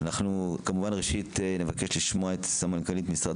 ראשית נבקש לשמוע את סמנכ"לית משרד